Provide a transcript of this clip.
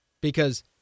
Because-